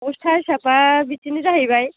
बस्था हिसाबबा बिदिनो जाहैबाय